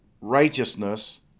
righteousness